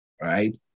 Right